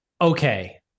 okay